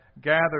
gathered